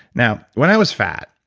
now, when i was fat,